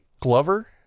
Glover